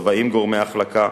צבעים גורמי החלקה,